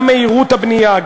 גם מהירות הבנייה,